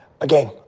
again